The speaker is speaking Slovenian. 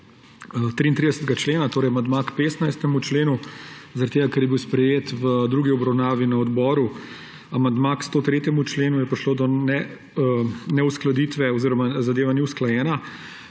33. člena, torej amandma k 158. členu. Zaradi tega ker je bil sprejet v drugi obravnavi na odboru amandma k 103. členu, je prišlo do neuskladitve oziroma zadeva ni usklajena.